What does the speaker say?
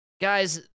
Guys